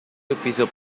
edificio